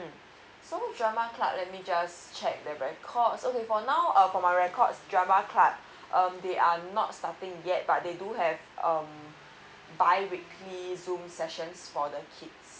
so drama club let me just check the records okay for now from my records drama club um they are not starting yet but they do have um by weekly zoom sessions for the kids